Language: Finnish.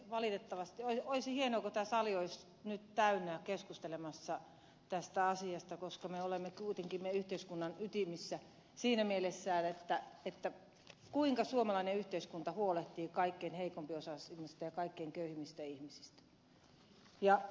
olisi hienoa jos tämä sali olisi nyt täynnä edustajia keskustelemassa tästä asiasta koska me olemme kuitenkin yhteiskunnan ytimissä siinä mielessä kuinka suomalainen yhteiskunta huolehtii kaikkein heikompiosaisimmista ja kaikkein köyhimmistä ihmisistä